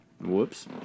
Whoops